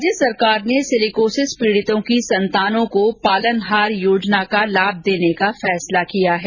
राज्य सरकार ने सिलिकोसिस पीड़ितों की संतानों को पालनहार योजना का लाभ देने का निर्णय किया है